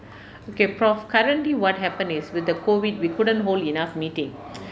okay professor currently what happen is with the COVID we couldn't hold enough meeting